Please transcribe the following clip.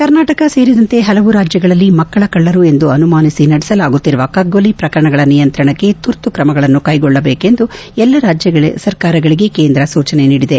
ಕರ್ನಾಟಕ ಸೇರಿದಂತೆ ಹಲವು ರಾಜ್ಯಗಳಲ್ಲಿ ಮಕ್ಕಳ ಕಳ್ಳರು ಎಂದು ಅನುಮಾನಿಸಿ ನಡೆಸಲಾಗುತ್ತಿರುವ ಕಗ್ಗೊಲೆ ಪ್ರಕರಣಗಳ ನಿಯಂತ್ರಣಕ್ಕೆ ತುರ್ತು ಕ್ರಮಗಳನ್ನು ಕೈಗೊಳ್ಳಬೇಕು ಎಂದು ಎಲ್ಲಾ ರಾಜ್ಯ ಸರ್ಕಾರಗಳಿಗೆ ಕೇಂದ್ರ ಸೂಚನೆ ನೀಡಿದೆ